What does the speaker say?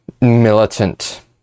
militant